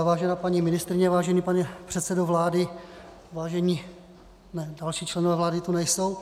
Vážená paní ministryně, vážený pane předsedo vlády, vážení ne, další členové vlády tu nejsou.